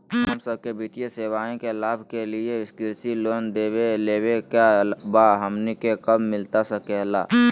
हम सबके वित्तीय सेवाएं के लाभ के लिए कृषि लोन देवे लेवे का बा, हमनी के कब मिलता सके ला?